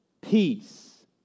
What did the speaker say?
peace